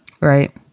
Right